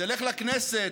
תלך לכנסת.